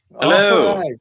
hello